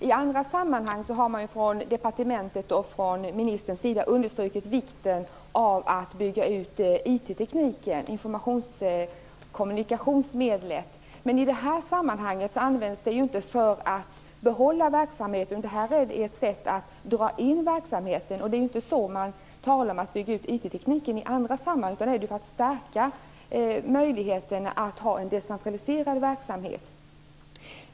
Fru talman! I andra sammanhang har departementet och ministern understrukit vikten av att bygga ut Men i det här sammanhanget används det ju inte för att behålla verksamheten, utan här är det ett sätt att dra in verksamheten. Det är inte så man talar om att bygga ut IT i andra sammanhang, utan där är det ju för att stärka möjligheten att ha en decentraliserad verksamhet.